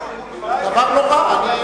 דבר נורא.